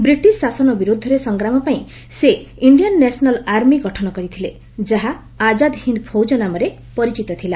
British ଶାସନ ବିରୁଦ୍ଧରେ ସଂଗ୍ରାମ ପାଇଁ ସେ ଇଣ୍ଡିଆନ ନ୍ୟାସନାଲ ଆର୍ମି ଗଠନ କରିଥିଲେ ଯାହା ଆଜାଦ ହିନ୍ଦ୍ ଫୌଜ ନାମରେ ପରିଚିତ ଥିଲା